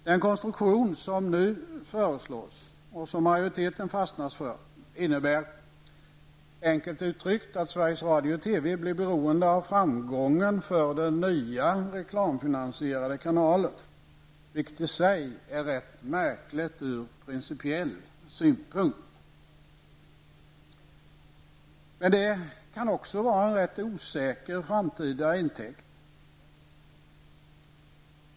Den konstruktion som nu föreslås och som majoriteten har fastnat för innebär enkelt uttryckt att Sveriges Radio och TV blir beroende av framgångar för den nya reklamfinansierade kanalen, vilket i sig är rätt märkligt från principiell synpunkt. Men det kan också vara en rätt osäker framtida intäkt.